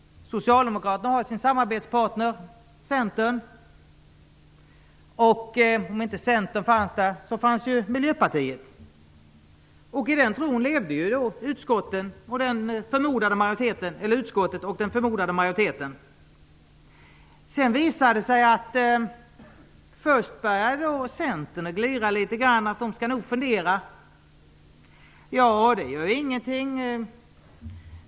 Socialdemokraterna har sin samarbetspartner, Centern, och om inte Centern håller med fanns Miljöpartiet. I den tron levde utskottet och den förmodade majoriteten. Sedan visade sig att Centern började glida litet grand. Man sade att man nog skulle fundera. Det gör ju ingenting.